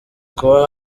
kuba